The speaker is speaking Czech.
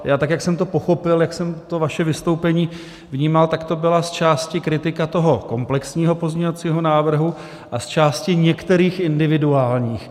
Já tak, jak jsem to pochopil, jak jsem vaše vystoupení vnímal, tak to byla zčásti kritika toho komplexního pozměňovacího návrhu a zčásti některých individuálních.